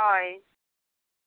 ᱦᱳᱭ